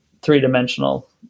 three-dimensional